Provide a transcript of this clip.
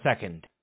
second